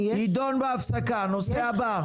בסעיף קטן (ד) לגבי התקנות שימשיכו לחול,